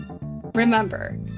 Remember